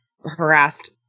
harassed